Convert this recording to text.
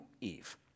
Eve